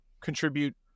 contribute